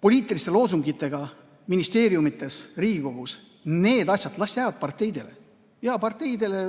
poliitiliste loosungitega, nii ministeeriumid kui ka meie siin Riigikogus. Need asjad las jäävad parteidele. Jaa, parteidele